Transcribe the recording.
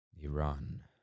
Iran